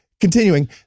continuing